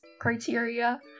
criteria